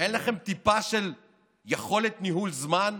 אין לכם טיפה של יכולת ניהול זמן?